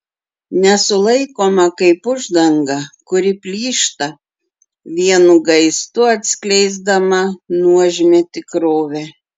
nesulaikoma kaip uždanga kuri plyšta vienu gaistu atskleisdama nuožmią tikrovę